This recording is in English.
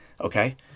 Okay